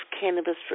Cannabis